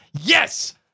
Yes